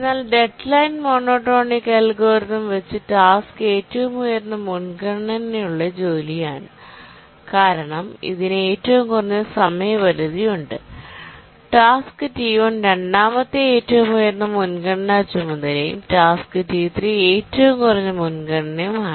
എന്നാൽ deadline monotonic algorithm വച്ച്ടാസ്ക് T2 ഏറ്റവും ഉയർന്ന മുൻഗണനയുള്ള ജോലിയാണ് കാരണം ഇതിന് ഏറ്റവും കുറഞ്ഞ സമയപരിധി ഉണ്ട് ടാസ്ക് T 1 രണ്ടാമത്തെഏറ്റവും ഉയർന്ന മുൻഗണനാ ചുമതലയും ടാസ്ക് T3 ഏറ്റവും കുറഞ്ഞ മുൻഗണനയുമാണ്